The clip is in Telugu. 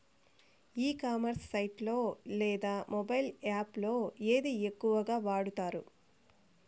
ఈ కామర్స్ సైట్ లో లేదా మొబైల్ యాప్ లో ఏది ఎక్కువగా వాడుతారు?